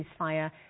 ceasefire